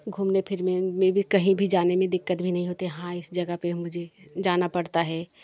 घूमने फिर में में भी कहीं भी जाने में दिक्कत भी नहीं होती हाँ इस जगह पे मुझे जाना पड़ता है